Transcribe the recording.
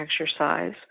exercise